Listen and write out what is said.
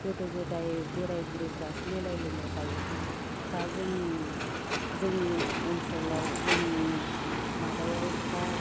गोदो गोदाय बोराय बुरैफोरासो लेलाय लेलाय गायोमोन दा जोंनि जोंनि ओनसोलाव जोंनि माबायाव दा